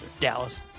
Dallas